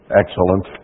excellent